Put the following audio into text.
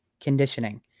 conditioning